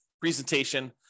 presentation